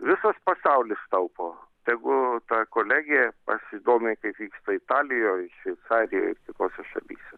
visas pasaulis taupo tegu ta kolegė pasidomi kaip vyksta italijoj šveicarijoj kitose šalyse